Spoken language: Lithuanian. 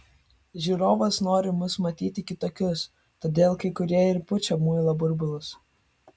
žiūrovas nori mus matyti kitokius todėl kai kurie ir pučia muilo burbulus